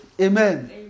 Amen